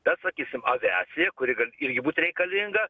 bet sakysim aviacija kuri gal irgi būt reikalinga